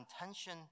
intention